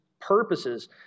purposes